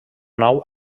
nau